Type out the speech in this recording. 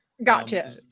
Gotcha